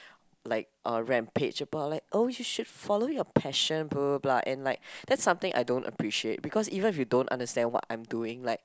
like a rampage about like oh you should follow your passion blah blah blah and like that's something I don't appreciate because even if you don't understand what I'm doing like